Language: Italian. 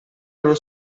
dallo